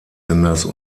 senders